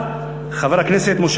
חבר הכנסת זאב, בבקשה.